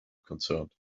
concerned